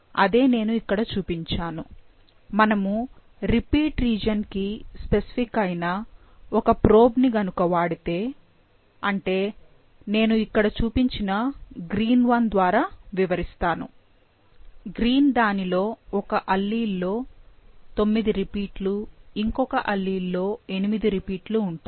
అదే నేను ఇక్కడ చూపించానుమనము రిపీట్ రీజియన్ కి స్పెసిఫిక్ అయిన ఒక ప్రోబ్ ని గనుక వాడితే అంటే నేను ఇక్కడ చూపించిన గ్రీన్ వన్ ద్వారా వివరిస్తాను గ్రీన్ దానిలో ఒక అల్లీల్ లో 9 రిపీట్లు ఇంకొక అల్లీల్ లో 8 రిపీట్లు ఉంటాయి